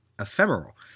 Ephemeral